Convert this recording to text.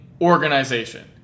organization